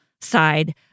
side